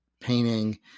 painting